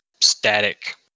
static